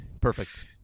Perfect